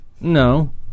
no